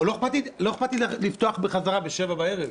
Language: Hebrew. לא אכפת לי לפתוח בחזרה ב-7 בערב.